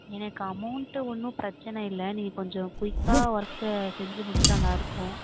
எனக்கு அமௌன்ட்டு ஒன்றும் பிரச்சினயில்ல நீங்கள் கொஞ்சம் குயிக்காக ஓர்க்கை செஞ்சு முடித்தா நல்லாயிருக்கும்